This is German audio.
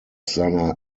seiner